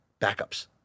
backups